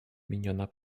miniona